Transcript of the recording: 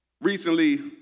Recently